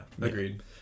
Agreed